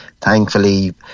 thankfully